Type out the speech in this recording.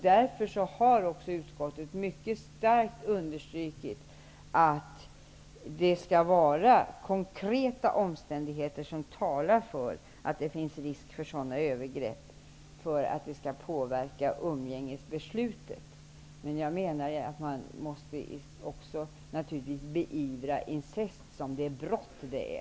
Därför har utskottet mycket starkt betonat att det måste finnas konkreta omständigheter som talar för att det finns risk för övergrepp för att det skall påverka umgängesbeslutet. Men man måste givetvis beivra incest som det brott det är.